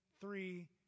three